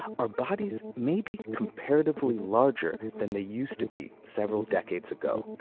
our bodies may be comparatively larger than they used to be several decades ago.